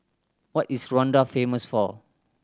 what is Rwanda famous for